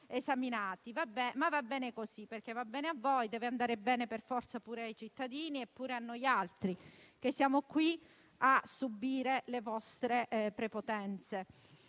esaminare, ma va bene così, perché va bene a voi e deve andare bene per forza pure ai cittadini e a noi, che siamo qui a subire le vostre prepotenze.